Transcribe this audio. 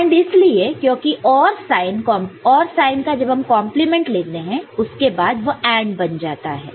AND इसलिए क्योंकि OR sign complement के बाद AND बन जाता है